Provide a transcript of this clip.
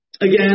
again